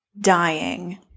dying